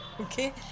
Okay